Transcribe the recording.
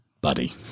buddy